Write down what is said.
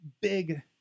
big